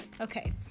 okay